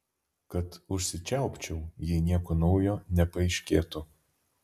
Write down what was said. kad užsičiaupčiau jei nieko naujo nepaaiškėtų